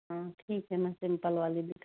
हाँ ठीक है मैं सिंपल वाली दिखा